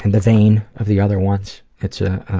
and the vein of the other ones. it's ah,